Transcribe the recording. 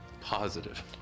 Positive